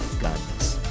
guns